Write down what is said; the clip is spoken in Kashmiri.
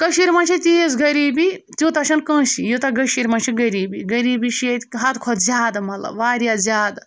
کٔشیٖرِ منٛز چھِ تیٖژ غریٖبی تیوٗتاہ چھِنہٕ کٲنٛسہِ یوٗتاہ کٔشیٖرِ منٛز چھِ غریٖبی غریٖبی چھِ ییٚتہِ حدٕ کھۄتہٕ زیادٕ مطلب واریاہ زیادٕ